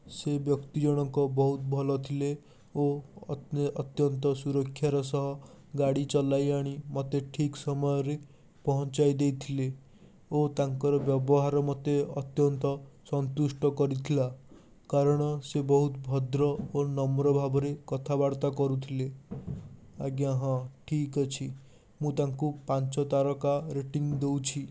ସେହି ବ୍ୟକ୍ତି ଜଣ ବହୁତ ଭଲ ଥିଲେ ଓ ଅତ୍ୟନ୍ତ ସୁରକ୍ଷାର ସହ ଗାଡ଼ି ଚଳେଇଆଣି ମୋତେ ଠିକ୍ ସମୟରେ ପହଞ୍ଚାଇ ଦେଇଥିଲେ ଓ ତାଙ୍କର ବ୍ୟବହାର ମୋତେ ଅତ୍ୟନ୍ତ ସନ୍ତୁଷ୍ଟ କରିଥିଲା କାରଣ ସେ ବହୁତ ଭଦ୍ର ଓ ନମ୍ର ଭାବରେ କଥାବାର୍ତ୍ତା କରୁଥିଲେ ଆଜ୍ଞା ହଁ ଠିକ୍ ଅଛି ମୁଁ ତାଙ୍କୁ ପାଞ୍ଚ ତାରକା ରେଟିଙ୍ଗ୍ ଦେଉଛି